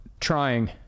trying